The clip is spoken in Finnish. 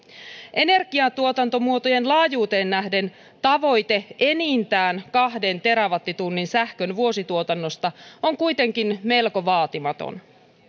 energiantuotantomuotojen laajuuteen nähden tavoite enintään kahden terawattitunnin sähkön vuosituotannosta on kuitenkin melko vaatimaton